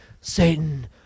Satan